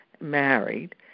married